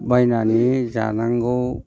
बायनानै जानांगौ